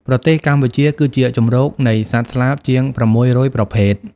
ប្រទេសកម្ពុជាគឺជាជម្រកនៃសត្វស្លាបជាង ៦០០ ប្រភេទ។